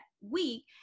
week